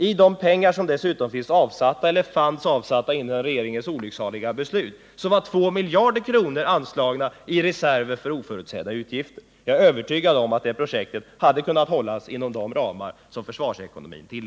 I den summa som fanns avsatt före regeringens olycksaliga beslut var 2 miljarder kronor anslagna som reserv för oförutsedda utgifter. Jag är övertygad om att projektet hade kunnat hållas inom de ramar som den planeringen angav. Herr talman!